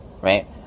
right